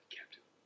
Captain